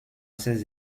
ces